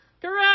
Correct